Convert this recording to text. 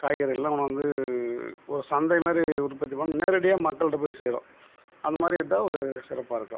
காய்கறிலாம் கொண்ணாந்து ஒரு சந்தை மாதிரி உற்பத்தி பண்ணி நேரடியாக மக்கள்ட்ட போய் சேரும் அது மாதிரி இருந்தால் ஒரு சிறப்பாக இருக்கும்